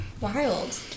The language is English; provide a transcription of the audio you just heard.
Wild